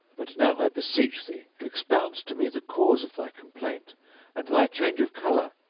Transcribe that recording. but now i beseech thee to expound to me the cause of thy complaint and thy change of colour,